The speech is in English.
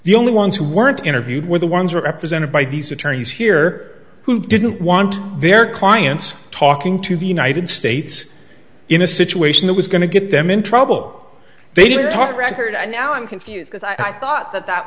the only ones who weren't interviewed were the ones represented by these attorneys here who didn't want their clients talking to the united states in a situation that was going to get them in trouble they didn't talk record and now i'm confused i thought that that